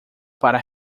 para